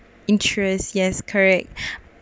interest yes correct